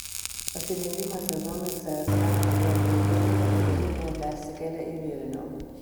pasirengimą sezonui cska pradėjo klaipėdoje o vėliau buvo persikėlę į vilnių